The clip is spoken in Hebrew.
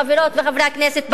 חברות וחברי הכנסת,